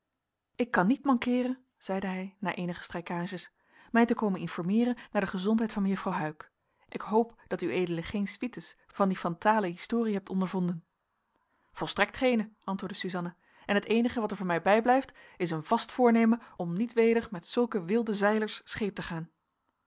ik kan niet mankeeren zeide hij na eenige strijkages mij te komen informeeren naar de gezondheid van mejuffrouw huyck ik hoop dat ued geene suites van die fatale historie hebt ondervonden volstrekt geene antwoordde suzanna en het eenige wat er mij van bijblijft is een vast voornemen om niet weder met zulke wilde zeilers scheep te gaan